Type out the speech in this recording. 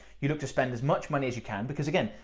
you look to spend as much much as you can, because again,